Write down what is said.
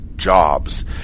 Jobs